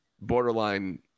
borderline